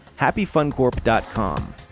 HappyFunCorp.com